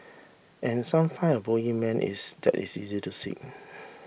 and some find a bogeyman is that is easy to seek